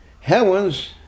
heavens